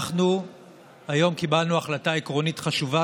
אנחנו היום קיבלנו החלטה עקרונית חשובה,